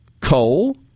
coal